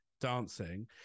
dancing